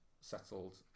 settled